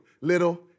little